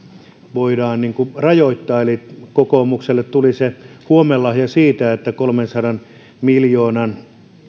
voidaan rajoittaa eli kokoomukselle tuli se huomenlahja siitä että kolmensadan miljoonan